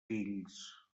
fills